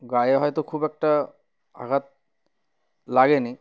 গায়ে হয়তো খুব একটা আঘাত লাগেনি